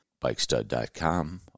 Bikestud.com